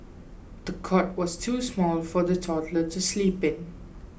the cot was too small for the toddler to sleep in